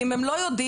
ואם הם לא יודעים,